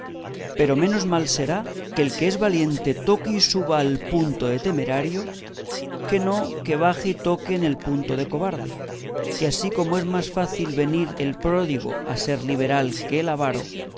pero menos mal será que el que es valiente toque y suba al punto de temerario que no que baje y toque en el punto de cobarde que así como es más fácil venir el pródigo a ser liberal que al